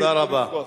תודה רבה.